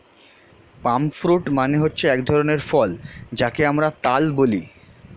পাম fruit মানে হচ্ছে এক ধরনের ফল যাকে আমরা তাল বলি